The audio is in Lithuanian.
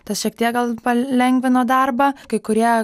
tas šiek tiek gal palengvino darbą kai kurie